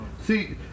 See